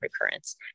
recurrence